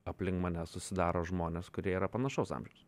aplink mane susidaro žmonės kurie yra panašaus amžiaus